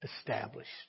established